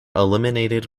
eliminated